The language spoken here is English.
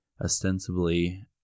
ostensibly